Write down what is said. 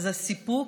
וזה סיפוק.